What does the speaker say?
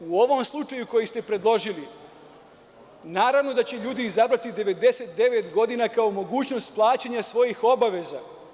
U ovom slučaju, koji ste predložili, naravno, da će ljudi izabrati 99 godina kao mogućnost plaćanja svojih obaveza.